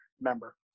member